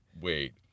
wait